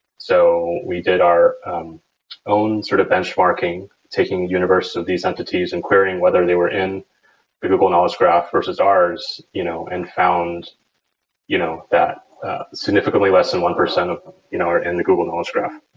so we did our own sort of benchmarking, taking universe of these entities and querying whether they were in google knowledge graph versus ours you know and found you know that significantly less than one percent of them you know are in the google knowledge graph.